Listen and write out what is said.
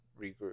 regroup